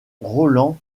rowland